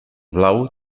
blau